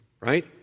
Right